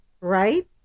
right